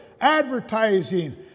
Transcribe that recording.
advertising